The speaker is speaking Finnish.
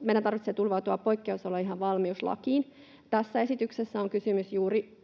meidän tarvitsee turvautua poikkeusoloihin ja valmiuslakiin. Tässä esityksessä on kysymys juuri